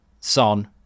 Son